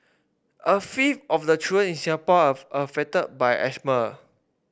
a fifth of the children in Singapore are affected by asthma